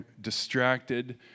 distracted